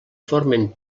formen